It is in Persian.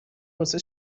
واسه